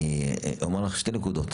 אני אומר לך שתי נקודות,